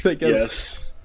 Yes